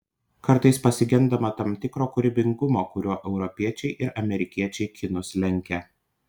kartais pasigendama tam tikro kūrybingumo kuriuo europiečiai ir amerikiečiai kinus lenkia